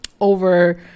over